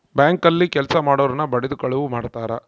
bank ಅಲ್ಲಿ ಕೆಲ್ಸ ಮಾಡೊರ್ನ ಬಡಿದು ಕಳುವ್ ಮಾಡ್ತಾರ